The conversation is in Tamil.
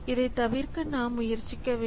இதைத் தவிர்க்க நாம் முயற்சிக்க வேண்டும்